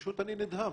פשוט אני נדהם.